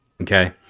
Okay